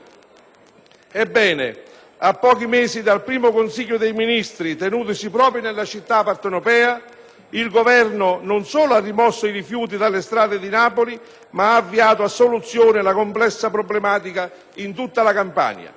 Ebbene, a pochi mesi dal primo Consiglio dei ministri tenutosi proprio nella città partenopea, il Governo non solo ha rimosso i rifiuti dalle strade di Napoli, ma ha avviato a soluzione la complessa problematica in tutta la Campania.